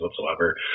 whatsoever